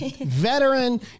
veteran